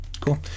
Cool